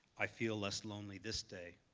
i feel less lonely this day.